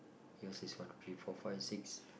yours is one two three four five six